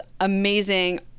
amazing